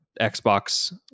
Xbox